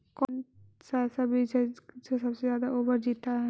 कौन सा ऐसा बीज है की सबसे ज्यादा ओवर जीता है?